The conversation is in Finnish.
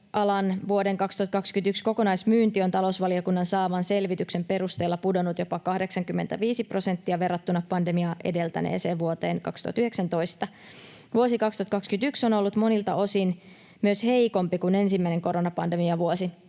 vuoden 2021 kokonaismyynti on talousvaliokunnan saaman selvityksen perusteella pudonnut jopa 85 prosenttia verrattuna pandemiaa edeltäneeseen vuoteen 2019. Vuosi 2021 on ollut monilta osin myös heikompi kuin ensimmäinen koronapandemiavuosi